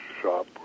shop